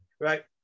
right